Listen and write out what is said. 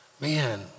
Man